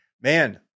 Man